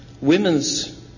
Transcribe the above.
women's